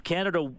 Canada